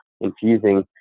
infusing